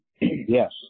Yes